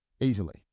Easily